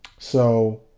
so,